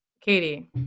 Katie